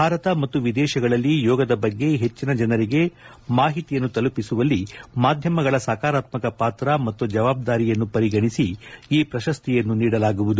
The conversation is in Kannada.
ಭಾರತ ಮತ್ತು ವಿದೇತಗಳಲ್ಲಿ ಯೋಗದ ಬಗ್ಗೆ ಹೆಚ್ಚಿನ ಜನರಿಗೆ ಮಾಹಿತಿಯನ್ನು ತಲುಪಿಸುವಲ್ಲಿ ಮಾಧ್ಯಮಗಳ ಸಕಾರಾತ್ತಕ ಪಾತ್ರ ಮತ್ತು ಜವಾಬ್ದಾರಿಯನ್ನು ಪರಿಗಣಿಸಿ ಈ ಪ್ರಶಸ್ತಿಯನ್ನು ನೀಡಲಾಗುವುದು